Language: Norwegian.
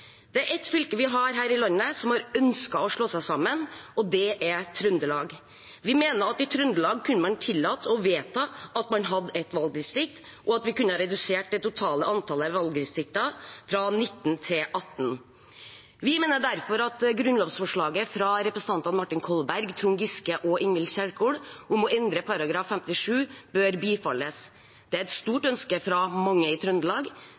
ett unntak. Det er ett fylke i landet som har ønsket å slå seg sammen, og det er Trøndelag. Vi mener at i Trøndelag kunne man tillate å vedta at man hadde ett valgdistrikt, og at vi kunne ha redusert det totale antallet valgdistrikter fra 19 til 18. Vi mener derfor at grunnlovsforslaget fra representantene Martin Kolberg, Trond Giske og Ingvild Kjerkol om å endre § 57 bør bifalles. Det er et stort ønske fra mange i Trøndelag.